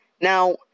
Now